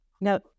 Now